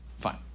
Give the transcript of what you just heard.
Fine